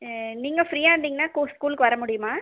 நீங்கள் ஃப்ரீயாக இருந்தீங்கன்னால் ஸ்கூ ஸ்கூலுக்கு வர முடியுமா